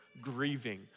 grieving